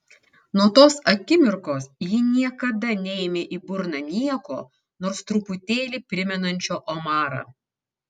nuo tos akimirkos ji niekada neėmė į burną nieko nors truputėlį primenančio omarą